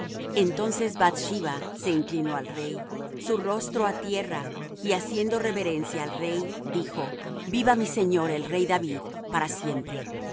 entonces bath sheba se inclinó al rey su rostro á tierra y haciendo reverencia al rey dijo viva mi señor el rey david para siempre